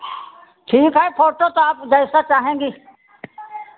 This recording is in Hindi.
ठीक है फ़ोटो तो आप जैसा चाहेंगी